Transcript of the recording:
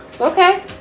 Okay